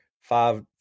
five